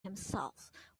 himself